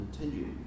continue